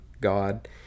God